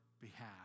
behalf